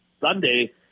Sunday